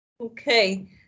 Okay